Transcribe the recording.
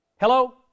Hello